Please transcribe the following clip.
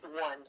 one